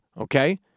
Okay